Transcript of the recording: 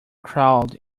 crawled